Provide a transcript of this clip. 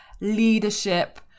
leadership